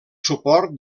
suport